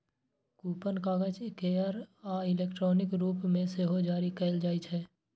coupon कागज केर आ इलेक्ट्रॉनिक रूप मे सेहो जारी कैल जाइ छै